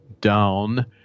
down